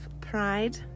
pride